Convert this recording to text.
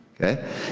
Okay